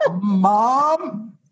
Mom